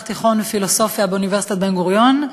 התיכון ופילוסופיה מאוניברסיטת בן-גוריון,